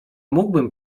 mógłbym